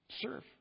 serve